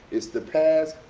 it's the past,